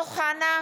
העולמי,